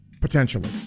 potentially